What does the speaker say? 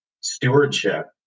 stewardship